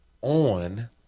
on